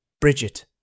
Bridget